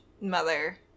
mother